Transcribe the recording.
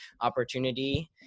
opportunity